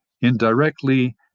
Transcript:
indirectly